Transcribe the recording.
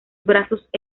brazos